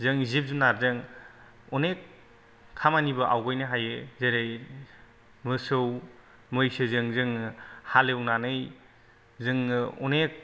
जों जिब जुनादजों अनेख खामानिबो आवगायनो हायो जेरै मोसौ मैसोजों जोङो हालेवनानै जोङो अनेख